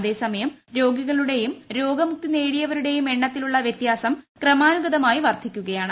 അതേസമയം രോഗികളുടേയും രോഗമുക്തി നേടിയവരുടേയും എണ്ണത്തിലുള്ള വൃത്യാസം ക്രമാനുഗതമായി വർദ്ധിക്കുകയാണ്